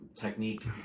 technique